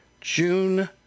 june